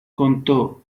contó